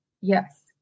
Yes